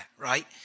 right